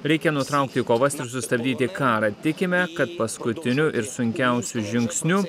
reikia nutraukti kovas ir sustabdyti karą tikime kad paskutiniu ir sunkiausiu žingsniu